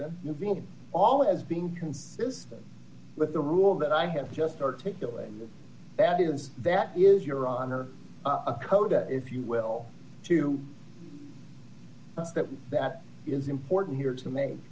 kristen you've been all as being consistent with the rule that i have just articulated that is that is your honor code that if you will to that and that is important here to make